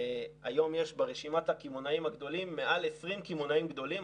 היום ברשימת הקמעונאים הגדולים יש מעל 20 קמעונאים גדולים.